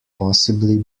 possibly